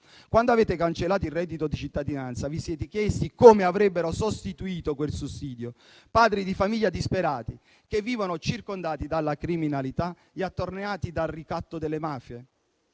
Quando avete cancellato il reddito di cittadinanza, vi siete chiesti come avrebbero sostituito quel sussidio padri di famiglia disperati, che vivono circondati dalla criminalità e attorniati dal ricatto delle mafie?